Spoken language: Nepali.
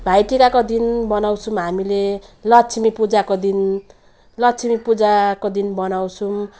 भाइटिकाको दिन बनाउँछौँ हामीले लक्ष्मी पूजाको दिन लक्ष्मी पूजाको दिन बनाउँछौँ